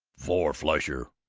four-flusher!